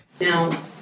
Now –